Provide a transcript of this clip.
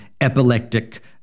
epileptic